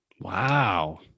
Wow